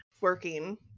working